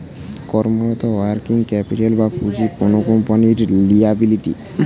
কর্মরত working capital বা পুঁজি কোনো কোম্পানির লিয়াবিলিটি